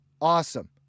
Awesome